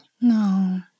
No